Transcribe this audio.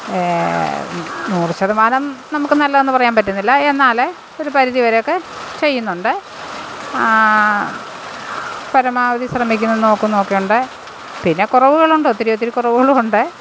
നൂറ് ശതമാനം നമുക്ക് നല്ലതാണെന്ന് പറയാൻ പറ്റുന്നില്ല എന്നാൽ ഒരു പരിധി വരെയൊക്കെ ചെയ്യുന്നുണ്ട് പരമാവധി ശ്രമിക്കുന്നു നോക്കുന്നു ഒക്കെ ഉണ്ട് പിന്നെ കുറവുകളുണ്ട് ഒത്തിരി ഒത്തിരി കുറവുകളുണ്ട്